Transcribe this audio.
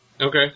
okay